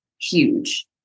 huge